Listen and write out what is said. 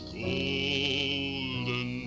golden